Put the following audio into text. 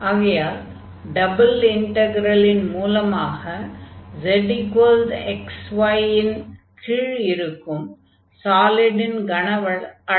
ஆகையால் டபுள் இன்டக்ரலின் மூலமாக zx y இன் கீழ் இருக்கும் சாலிடின் கன அளவைக் கண்டுபிடிக்க வேண்டும்